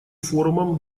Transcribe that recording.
форумом